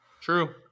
true